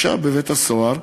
ישב בבית-הסוהר,